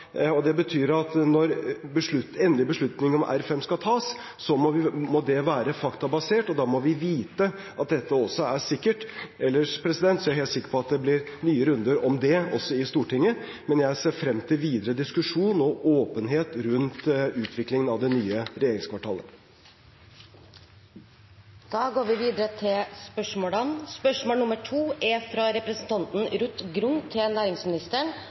og det betyr at når endelig beslutning om R5 skal tas, må det være faktabasert, og da må vi vite at dette også er sikkert, ellers er jeg helt sikker på at det blir nye runder om det også i Stortinget. Men jeg ser frem til videre diskusjon og åpenhet rundt utviklingen av det nye regjeringskvartalet. «Det er bred enighet om å bruke skattepenger til